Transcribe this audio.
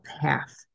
path